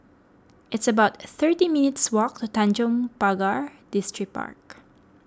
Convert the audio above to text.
it's about thirty minutes' walk to Tanjong Pagar Distripark